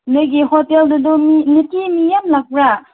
ꯅꯣꯏꯒꯤ ꯍꯣꯇꯦꯜꯗꯣ ꯑꯗꯨꯝ ꯅꯨꯡꯇꯤꯒꯤ ꯃꯤ ꯃꯌꯥꯝ ꯂꯥꯛꯄ꯭ꯔꯥ